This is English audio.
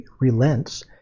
relents